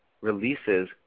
releases